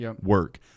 work